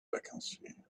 vacancy